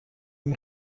این